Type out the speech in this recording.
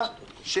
יש